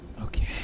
Okay